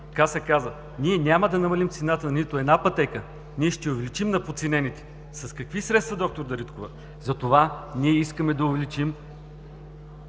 каса каза: „Ние няма да намалим цената на нито една пътека. Ние ще я увеличим на подценените“. С какви средства, д-р Дариткова? Затова ние искаме да увеличим